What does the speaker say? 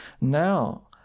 Now